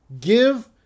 give